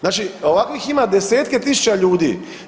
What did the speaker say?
Znači ovakvih ima desetke tisuća ljudi.